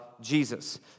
Jesus